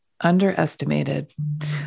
Underestimated